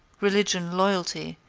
religion, loyalty,